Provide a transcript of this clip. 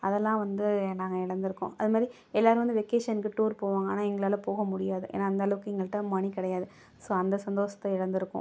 அதெல்லாம் வந்து நாங்கள் இழந்துருக்கோம் அது மாதிரி எல்லாேரும் வந்து வெகேஷனுக்கு டூர் போவாங்க ஆனால் எங்களால் போக முடியாது ஏன்னால் அந்த அளவுக்கு எங்கள்கிட்ட மணி கிடையாது ஸோ அந்த சந்தோஷத்த இழந்துருக்கோம்